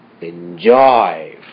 enjoy